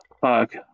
Fuck